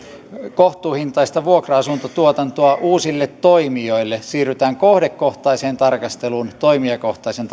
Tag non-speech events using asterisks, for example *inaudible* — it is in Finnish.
kohtuuhintaista vuokra asuntotuotantoa uusille toimijoille siirrytään kohdekohtaiseen tarkasteluun toimijakohtaisen *unintelligible*